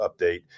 update